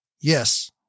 Yes